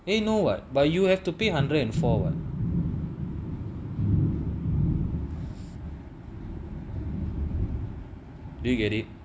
eh no what but you have to pay hundred and four [what] do you get it